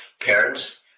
Parents